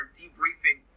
debriefing